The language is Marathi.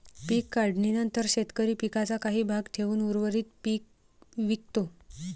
पीक काढणीनंतर शेतकरी पिकाचा काही भाग ठेवून उर्वरित पीक विकतो